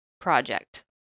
Project